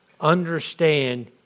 understand